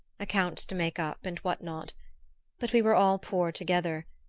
accounts to make up and what not but we were all poor together,